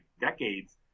decades